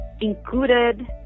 included